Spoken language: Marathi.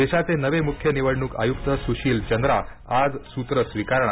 देशाचे नवे मुख्य निवडणूक आयुक्त सुशील चंद्रा आज सुत्रं स्वीकारणार